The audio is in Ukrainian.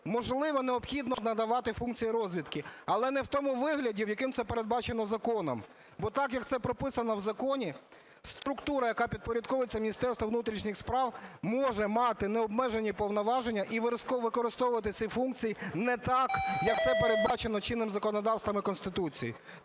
можливо, необхідно надавати функції розвідки, але не в тому вигляді, якому передбачено законом. Бо так, як це прописано в законі, структура, яка підпорядковується Міністерству внутрішніх справ, може мати необмежені повноваження і використовувати ці функції не так, як це передбачено чинним законодавством і Конституцією.